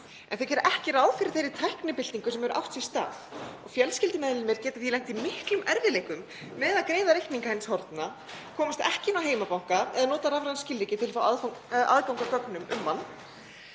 en gera ekki ráð fyrir þeirri tæknibyltingu sem hefur átt sér stað. Fjölskyldumeðlimir geta því lent í miklum erfiðleikum með að greiða reikninga hins horfna, komast ekki inn á heimabanka eða rafræn skilríki til að fá aðgang að gögnum um hann.